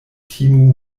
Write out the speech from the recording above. timu